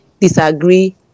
disagree